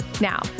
Now